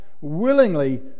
willingly